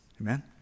Amen